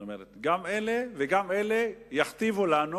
זאת אומרת, גם אלה וגם אלה יכתיבו לנו